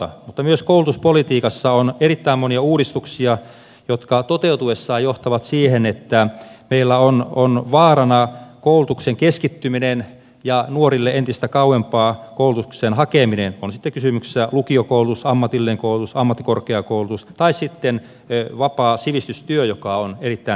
mutta myös koulutuspolitiikassa on erittäin monia uudistuksia jotka toteutuessaan johtavat siihen että meillä on vaarana koulutuksen keskittyminen ja nuorille entistä kauempaa koulutuksen hakeminen on sitten kysymyksessä lukiokoulutus ammatillinen koulutus ammattikorkeakoulutus tai sitten vapaa sivistystyö joka on erittäin tärkeää